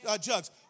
jugs